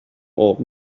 old